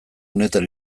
unetan